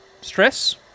stress